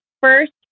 first